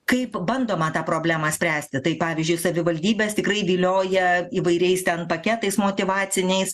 kaip bandoma tą problemą spręsti tai pavyzdžiui savivaldybės tikrai vilioja įvairiais ten paketais motyvaciniais